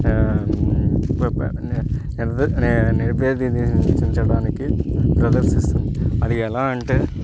నిర్దేశించడానికి ప్రదర్శిస్తుంది అది ఎలా అంటే